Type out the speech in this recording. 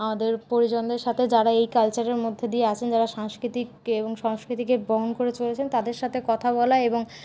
আমাদের পরিজনদের সাথে যারা এই কালচারের মধ্যে দিয়ে আছেন যারা সাংস্কৃতিক এবং সংস্কৃতিকে বহন করে চলেছেন তাদের সাথে কথা বলা এবং